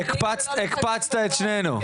הקפצת את שנינו,